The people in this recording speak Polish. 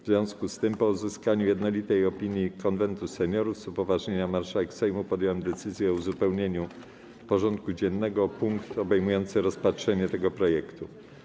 W związku z tym, po uzyskaniu jednolitej opinii Konwentu Seniorów, z upoważnienia marszałek Sejmu podjąłem decyzję o uzupełnieniu porządku dziennego o punkt obejmujący rozpatrzenie tego projektu.